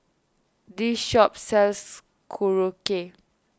this shop sells Korokke